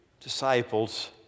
disciples